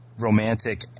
romantic